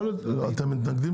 אתם מתנגדים